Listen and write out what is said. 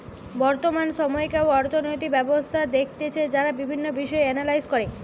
বর্তমান সময়কার অর্থনৈতিক ব্যবস্থা দেখতেছে যারা বিভিন্ন বিষয় এনালাইস করে